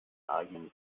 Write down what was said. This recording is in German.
eigenen